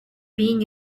being